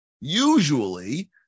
Usually